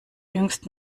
jüngst